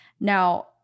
Now